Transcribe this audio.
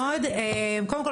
ואנחנו מסיימים.